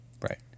Right